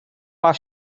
while